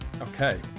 Okay